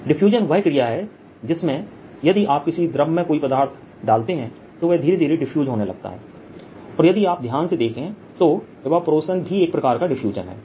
diffusion वह क्रिया है जिसमें यदि आप किसी द्रव में कोई पदार्थ डालते हैं तो वह धीरे धीरे डिफ्यूज होने लगता है अथवा यदि आप ध्यान से देखें तो इवैपरेशन भी एक प्रकार का डिफ्यूजन है